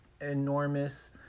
enormous